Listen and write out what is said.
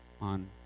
on